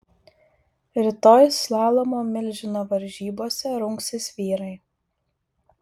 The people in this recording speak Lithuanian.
rytoj slalomo milžino varžybose rungsis vyrai